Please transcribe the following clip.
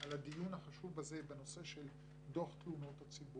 על הדיון החשוב הזה בנושא של דוח תלונות הציבור.